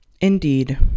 Indeed